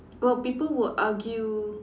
well people would argue